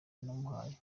namuhaye